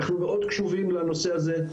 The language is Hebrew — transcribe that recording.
אנחנו מאוד קשובים לנושא הזה.